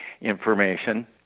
information